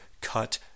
cut